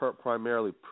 primarily